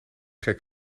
gek